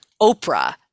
Oprah